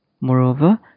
Moreover